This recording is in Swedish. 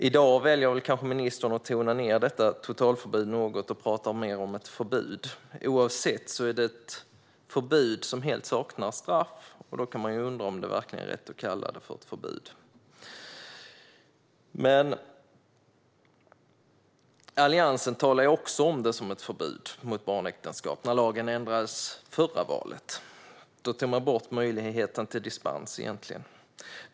I dag väljer kanske ministern att tona ned detta totalförbud något och talar mer om ett förbud. Oavsett vilket är det ett förbud som helt saknar straff, och då går det att undra om det verkligen är rätt att kalla det ett förbud. Alliansen talade också om det som ett förbud mot barnäktenskap när lagen ändrades vid förra valet. Då togs möjligheten till dispens bort.